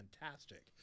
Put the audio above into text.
fantastic